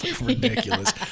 ridiculous